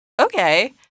Okay